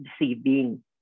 deceiving